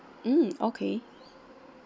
mm okay